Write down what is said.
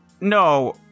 no